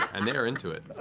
and they're into it.